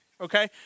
Okay